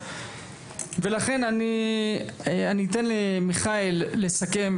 אני אתן למיכאל לסכם,